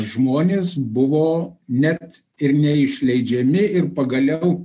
žmonės buvo net ir neišleidžiami ir pagaliau